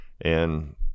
and-